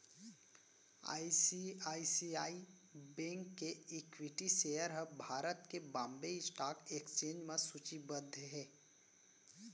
ICICI bank equity इक्विटी सेयर ह भारत के बांबे स्टॉक एक्सचेंज म सूचीबद्ध हे